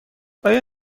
آیا